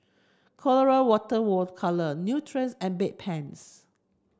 Colora Water Water Colour Nutrens and Bedpans